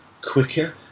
quicker